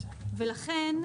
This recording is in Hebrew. ולכן,